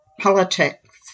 politics